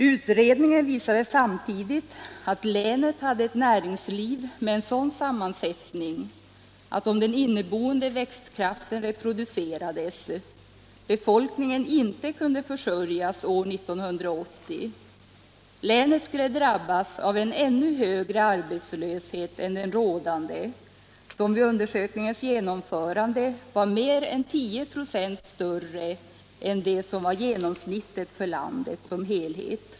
Utredningen visade samtidigt att länet hade ett näringsliv med sådan sammansättning att befolkningen inte kunde försörjas år 1980 om den inneboende växtkraften reproducerades. Länet skulle komma att drabbas av en ännu högre arbetslöshet än den rådande, som vid undersökningens genomförande var mer än 10 96 högre än genomsnittet för landet som helhet.